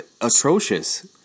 atrocious